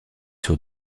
sur